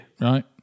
Right